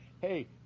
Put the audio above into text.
hey